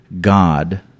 God